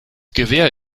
gewehr